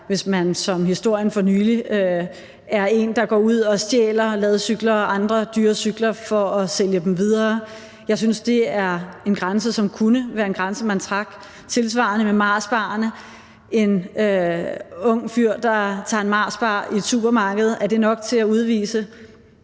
hvis man som i historien for nylig er en, der går ud og stjæler ladcykler og andre dyre cykler for at sælge dem videre. Jeg synes, det er en grænse, som kunne være en grænse, man trak. Tilsvarende er det med Marsbarerne. Er det, at en ung fyr tager en Marsbar i et supermarked, nok til at udvise?